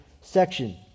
section